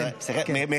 תברך על קיום היום הזה.